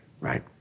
right